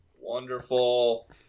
Wonderful